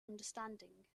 understanding